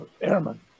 Airmen